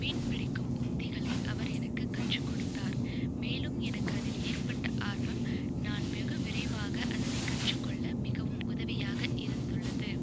மீன் பிடிக்கும் உத்திகளை அவர் எனக்கு கற்றுக்கொடுத்தார் மேலும் எனக்கு அதில் ஏற்பட்ட ஆர்வம் நான் வெகு விரைவாக அதனைக் கற்றுக்கொள்ள மிகவும் உதவியாக இருந்துள்ளது